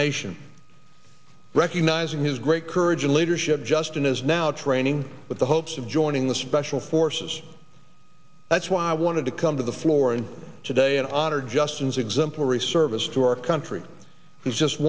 nation recognizing his great courage and leadership justin is now training with the hopes of joining the special forces that's why i wanted to come to the floor and today in honor justin's exemplary service to our country is just